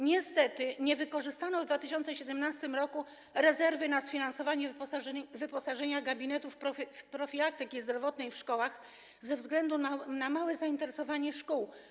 Niestety nie wykorzystano w 2017 r. rezerwy na sfinansowanie wyposażenia gabinetów profilaktyki zdrowotnej w szkołach ze względu na małe zainteresowanie szkół.